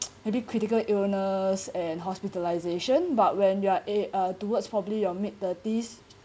maybe critical illness and hospitalisation but when you're eh uh towards probably your mid thirties